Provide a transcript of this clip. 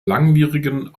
langwierigen